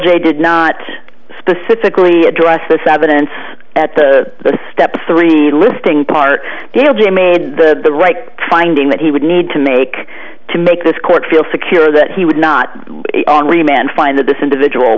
j did not specifically address this evidence at the step three listing part dale jr made the right finding that he would need to make to make this court feel secure that he would not on remand find that this individual